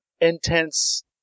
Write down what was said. intense